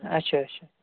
اچھا اچھا